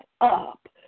up